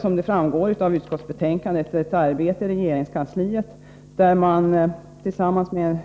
Som framgår av utskottsbetänkandet pågår ett arbete i regeringskansliet, där man tillsammans med